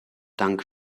dank